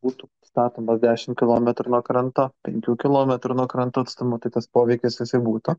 būtų statomos dešim kilometrų nuo kranto penkių kilometrų nuo kranto atstumu tai tas poveikis jisai būtų